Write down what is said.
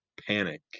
panic